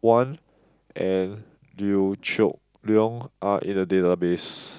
Juan and Liew Geok Leong are in the database